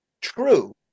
true